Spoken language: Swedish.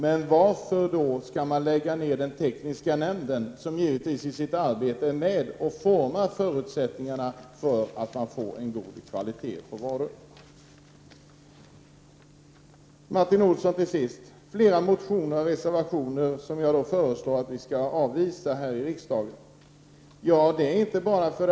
Men varför skall man då lägga ned verksamheten i den tekniska nämnden, som givetvis är med och formar förutsättningarna för god kvalitet på varor? Till sist några ord till Martin Olsson. Jag föreslår alltså att riksdagen skall avvisa flera motioner och reservationer.